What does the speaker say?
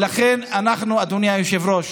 ולכן אנחנו, אדוני היושב-ראש,